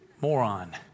Moron